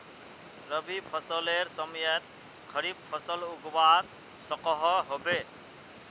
रवि फसलेर समयेत खरीफ फसल उगवार सकोहो होबे?